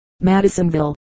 Madisonville